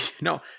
No